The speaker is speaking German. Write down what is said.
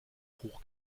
hoch